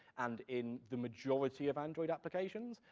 and in the majority of android applications,